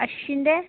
അശ്വിൻ്റെ